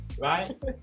Right